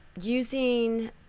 using